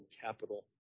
capital